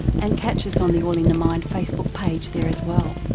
and catch us on the all in the mind facebook page there as well.